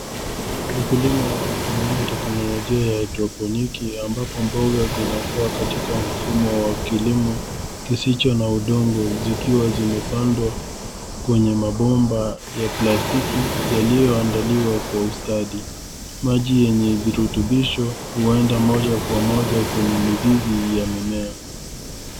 Ukulima wa kutumia teknolojia ya haidroponiki ambapo mboga zinakuwa katika mfumo wa kilimo kisicho na udongo zikiwa zimepandwa kwenye mabomba ya plastiki yaliyoandaliwa kwa ustadi. Maji yenye virutubisho huenda moja kwa moja kwenye mizizi ya mimea.